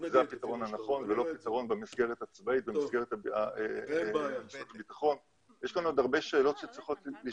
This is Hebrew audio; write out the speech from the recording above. אלא יש כאן עבודה שצריכים לעשות ויש כאן הרבה שיקולים שצריך לשקול אותם.